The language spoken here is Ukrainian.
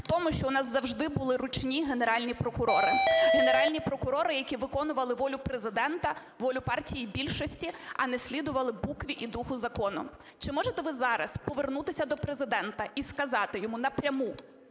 в тому, що у нас завжди були "ручні" генеральні прокурори, генеральні прокурори, які виконували волю Президента, волю партії більшості, а не слідували букві і духу закону. Чи можете ви зараз повернутися до Президента і сказати йому напряму